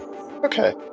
okay